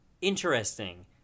Interesting